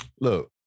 Look